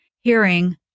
hearing